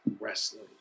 wrestling